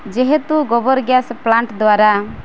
ଯେହେତୁ ଗୋବର gas plant ଦ୍ଵାରା